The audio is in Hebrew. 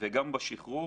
וגם בשחרור.